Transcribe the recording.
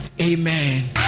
amen